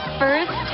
first